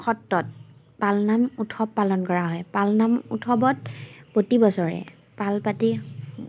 সত্ৰত পালনাম উৎসৱ পালন কৰা হয় পালনাম উৎসৱত প্ৰতি বছৰে পাল পাতি